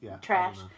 trash